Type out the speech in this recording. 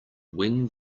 when